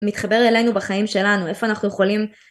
מתחבר אלינו בחיים שלנו איפה אנחנו יכולים